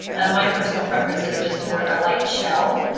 my personal preference is just to wear a light shell.